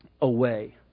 away